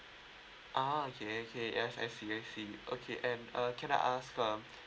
ah okay okay yes I see I see okay and uh can I ask um